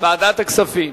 ועדת הכספים.